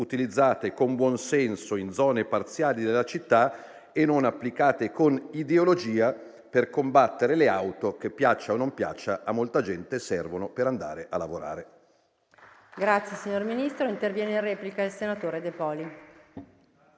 utilizzate con buonsenso in zone parziali della città e non applicate con ideologia per combattere le auto che - piaccia o non piaccia - a molta gente servono per andare a lavorare.